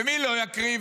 ומי לא יקריב?